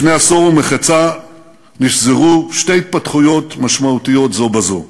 לפני עשור ומחצה נשזרו שתי התפתחויות משמעותיות זו בזו: